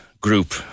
group